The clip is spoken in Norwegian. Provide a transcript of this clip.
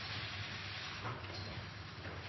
takk, president.